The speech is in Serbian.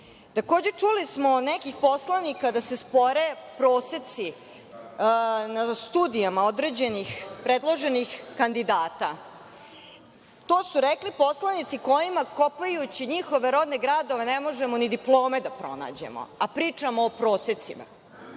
Takođe, čuli smo od nekih poslanika da se spore proseci na studijama određenih predloženih kandidata. To su rekli poslanici kojima, kopajući njihove rodne gradove, ne možemo ni diplome da pronađemo, a pričamo o prosecima.